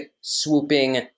swooping